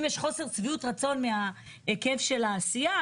אם יש חוסר שביעות רצון מההיקף של העשייה,